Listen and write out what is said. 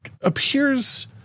appears